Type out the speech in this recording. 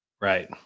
Right